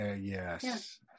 yes